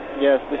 Yes